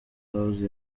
house